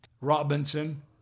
Robinson